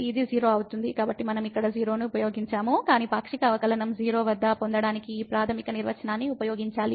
కాబట్టి మనం ఇక్కడ 0 ను ఉపయోగించాము కాని పాక్షిక అవకలనం 0 వద్ద పొందడానికి ఈ ప్రాథమిక నిర్వచనాన్ని ఉపయోగించాలి